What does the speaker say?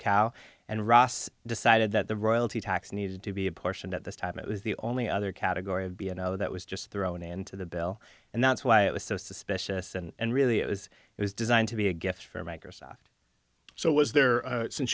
cow and ross decided that the royalty tax needed to be apportioned at this time it was the only other category of be you know that was just thrown into the bill and that's why it was so suspicious and really it was it was designed to be a gift for microsoft so was there since